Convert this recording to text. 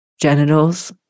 Genitals